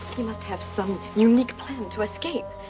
he must have some unique plan to escape.